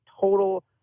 total